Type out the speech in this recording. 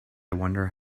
wonder